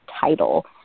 title